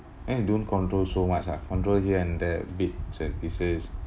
and don't control so much ah control here and there bits and pieces